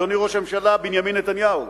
אדוני ראש הממשלה בנימין נתניהו.